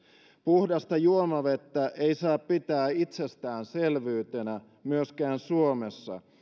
puhdasta juomavettä ei saa pitää itsestäänselvyytenä myöskään suomessa